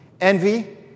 envy